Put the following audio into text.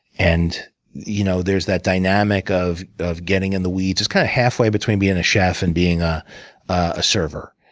and you know there's that dynamic of of getting in the weeds. it's kind of halfway between being a chef and being ah a server,